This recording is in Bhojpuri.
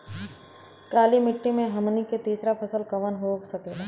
काली मिट्टी में हमनी के तीसरा फसल कवन हो सकेला?